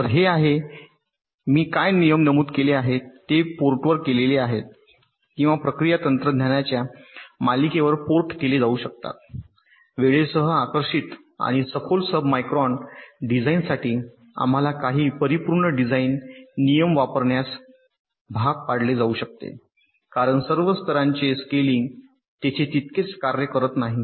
तर हे आहे मी काय नियम नमूद केले आहेत ते पोर्ट केलेले आहेत किंवा प्रक्रिया तंत्रज्ञानाच्या मालिकेवर पोर्ट केले जाऊ शकतात वेळेसह आकर्षित आणि सखोल सबमायक्रॉन डिझाइनसाठी आम्हाला काही परिपूर्ण डिझाइन नियम वापरण्यास भाग पाडले जाऊ शकते कारण सर्व स्तरांचे स्केलिंग तेथे तितकेच कार्य करत नाही